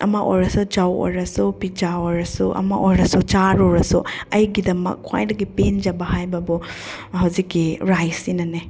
ꯑꯃ ꯑꯣꯏꯔꯁꯨ ꯆꯧ ꯑꯣꯏꯔꯁꯨ ꯄꯤꯖꯥ ꯑꯣꯏꯔꯁꯨ ꯑꯃ ꯑꯣꯏꯔꯁꯨ ꯆꯥꯔꯨꯔꯁꯨ ꯑꯩꯒꯤꯗꯃꯛ ꯈ꯭ꯋꯥꯏꯗꯒꯤ ꯄꯦꯟꯖꯕ ꯍꯥꯏꯕꯕꯨ ꯍꯧꯖꯤꯛꯀꯤ ꯔꯥꯏꯁꯁꯤꯅꯅꯦ